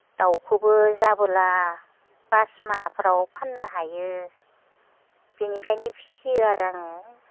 दाउखोबो जाबोला फास माहफोराव फाननो हायो बिनिखायनो फिसियो आरो आङो